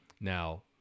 now